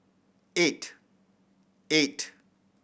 eight eight